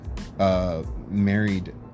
Married